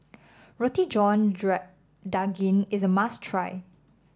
Roti John Daging is a must try